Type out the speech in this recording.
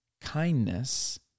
kindness